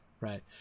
Right